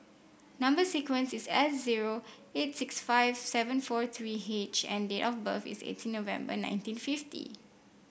number sequence is S zero eight six five seven four three H and date of birth is eighteen November nineteen fifty